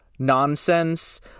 Nonsense